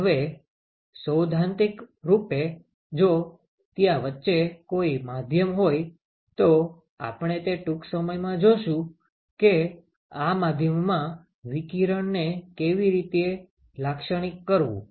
હવે સૈદ્ધાંતિકરૂપે જો ત્યાં વચ્ચે કોઈ માધ્યમ હોય તો આપણે તે ટૂંક સમયમાં જોશું કે આ માધ્યમમાં વિકિરણને કેવી રીતે લાક્ષણિક કરવું